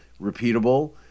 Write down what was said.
repeatable